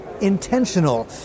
intentional